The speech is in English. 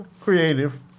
creative